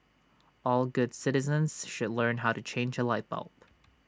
all good citizens should learn how to change A light bulb